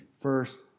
first